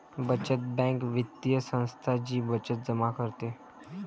बचत बँक वित्तीय संस्था जी बचत जमा करते